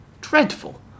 dreadful